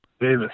Davis